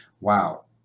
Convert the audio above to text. wow